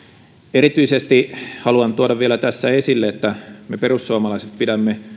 erityisesti haluan tuoda vielä tässä esille että me perussuomalaiset pidämme